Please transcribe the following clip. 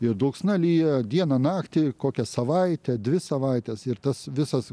ir dulksna lyja dieną naktį kokią savaitę dvi savaites ir tas visas